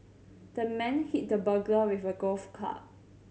the man hit the burglar with a golf club